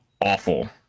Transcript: awful